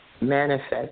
manifest